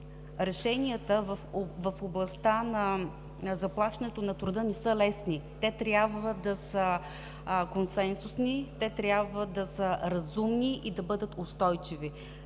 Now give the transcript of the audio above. решенията в областта на заплащането на труда не са лесни. Те трябва да са консенсусни, да са разумни и да бъдат устойчиви.